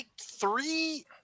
three